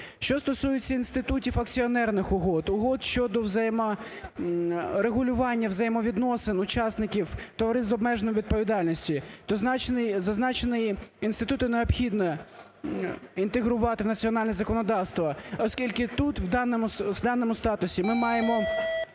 Що стосується інститутів акціонерних угод, угод щодо взаємо... регулювання взаємовідносин учасників товариств з обмеженою відповідальністю, то зазначені інститути необхідно інтегрувати в національне законодавство, оскільки тут в даному статусі ми маємо